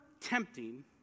tempting